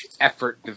effort